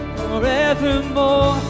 forevermore